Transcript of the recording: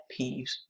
peeves